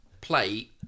play